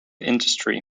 industry